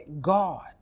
God